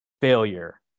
failure